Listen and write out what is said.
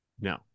No